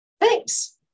Thanks